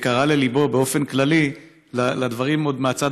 יקרה לליבו באופן כללי, עם הדברים מהצד